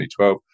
2012